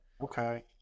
Okay